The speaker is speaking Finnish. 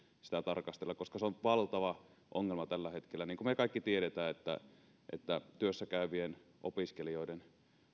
sitä tarkastella koska se on valtava ongelma tällä hetkellä niin kuin me kaikki tiedämme työssä käyvien opiskelijoiden